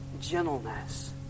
gentleness